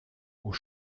aux